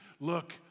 look